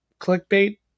clickbait